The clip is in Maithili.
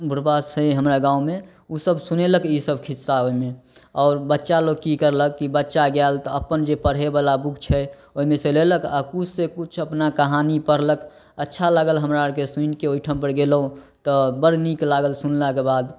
बुढ़बा छै हमरा गाँवमे ओ सब सुनेलक ई सब खिस्सा ओहिमे आओर बच्चालोक की करलक कि बच्चा गेल तऽ अपन जे पढ़यबला बुक छै ओहिमे सऽ लेलक आ किछु से किछु अपना कहानी पढ़लक अच्छा लागल हमरा आरके सुनिके ओहिठाम पर गेलहुॅं तऽ बड़ नीक लागल सुनलाके बाद